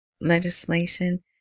legislation